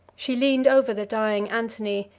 she leaned over the dying antony,